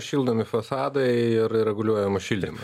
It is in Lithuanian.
šildomi fasadai ir ir reguliuojamas šildymas